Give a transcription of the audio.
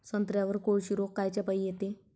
संत्र्यावर कोळशी रोग कायच्यापाई येते?